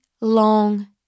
long